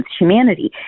humanity